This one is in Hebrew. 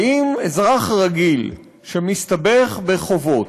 האם אזרח רגיל שמסתבך בחובות,